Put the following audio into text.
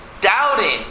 doubting